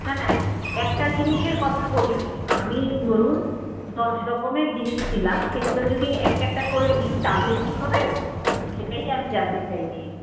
না না একটা জিনিসের কথা বলিনি আমি ধরুন দশ রকমের জিনিস নিলাম সেগুলো যদি একটা একটা করে নিই তাহলে কি হবে সেটাই আমি জানতে চাইছি